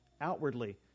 outwardly